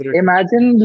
imagine